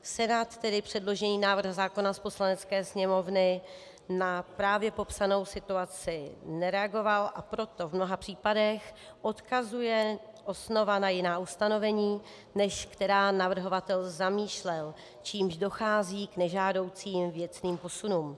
Senát tedy předložený návrh zákona z Poslanecké sněmovny na právě popsanou situaci nereagoval, a proto v mnoha případech odkazuje osnova na jiná ustanovení, než která navrhovatel zamýšlel, čímž dochází k nežádoucím věcným posunům.